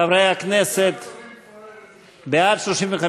חבר הכנסת זוהר,